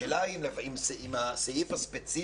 השאלה היא האם הסעיף הספציפי